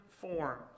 form